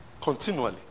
Continually